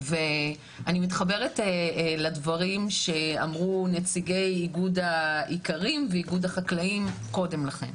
ואני מתחברת לדברים שאמרו נציגי איגוד האיכרים ואיגוד החקלאים קודם לכן,